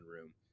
room